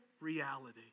reality